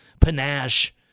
panache